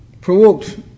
provoked